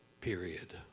period